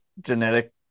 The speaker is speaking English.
genetic